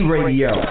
Radio